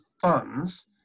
funds